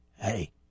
hey